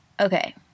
Okay